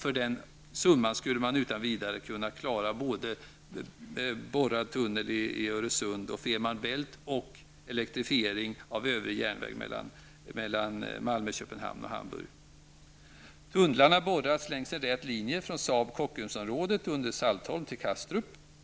För den summan skulle man utan vidare klara både borrad tunnel i